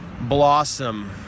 blossom